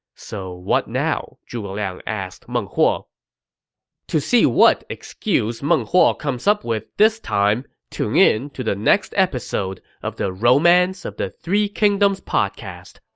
so what now? zhuge liang asked meng huo to see what excuse meng huo comes up with this time, tune in to the next episode of the romance of the three kingdoms podcast.